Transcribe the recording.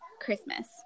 Christmas